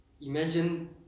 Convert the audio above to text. imagine